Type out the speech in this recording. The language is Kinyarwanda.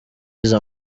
yize